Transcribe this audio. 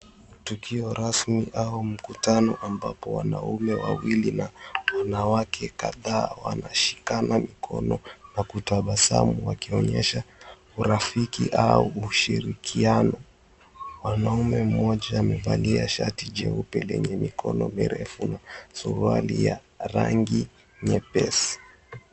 Tukio rasmi au mkutano ambapo wanaume wawili na wanawake kadhaa wanashikana mikono na kutabasamu wakionyesha urafiki au ushirikiano. Mwanaume mmoja amevalia shati jeupe lenye mikono mirefu na suruali ya rangi nyepesi.